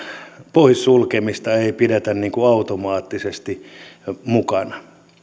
poissulkemista ei pidetä automaattisesti mukana minun